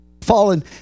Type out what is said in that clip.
fallen